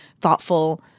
thoughtful